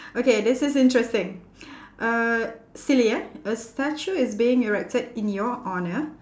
okay this is interesting uh silly eh a statue is being erected in your honour